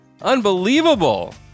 Unbelievable